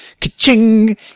ka-ching